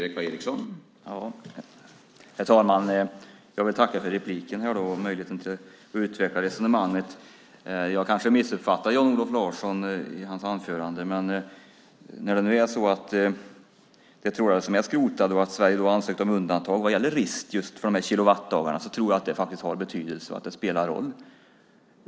Herr talman! Jag vill tacka för repliken och möjligheten att utveckla resonemanget. Jag kanske missuppfattade Jan-Olof Larsson i hans anförande, men när det nu är så att det är trålar som är skrotade och Sverige har ansökt om undantag vad gäller rist just för de kilowattdagarna tror jag att det faktiskt har betydelse och att det spelar roll.